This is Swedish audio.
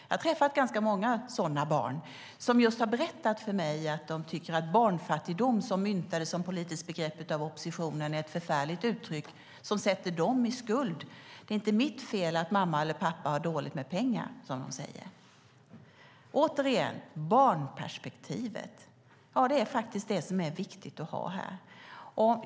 Jag har träffat ganska många sådana barn, som har berättat för mig att de tycker att "barnfattigdom", som myntades som politiskt begrepp av oppositionen, är ett förfärligt uttryck som sätter dem i skuld. Det är inte mitt fel att mamma eller pappa har dåligt med pengar, säger de. Återigen: Barnperspektivet är det viktiga här.